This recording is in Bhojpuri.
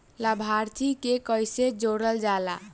लभार्थी के कइसे जोड़ल जाला?